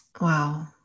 wow